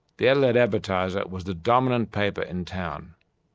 the adelaide advertiser was the dominant paper in town.